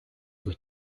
were